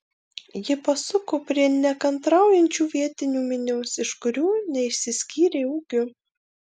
ji pasuko prie nekantraujančių vietinių minios iš kurių neišsiskyrė ūgiu